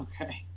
Okay